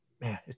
Man